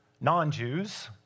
non-Jews